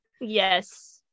Yes